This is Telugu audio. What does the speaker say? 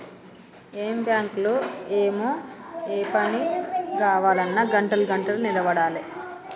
ఏం బాంకులో ఏమో, ఏ పని గావాల్నన్నా గంటలు గంటలు నిలవడాలె